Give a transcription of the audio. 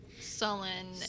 sullen